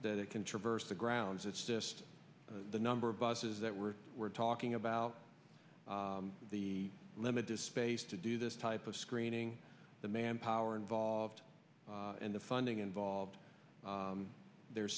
that it can traverse the grounds it's just the number of buses that we're we're talking about the limited space to do this type of screening the manpower involved and the funding involved there